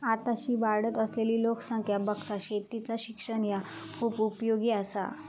आताशी वाढत असलली लोकसंख्या बघता शेतीचा शिक्षण ह्या खूप उपयोगी आसा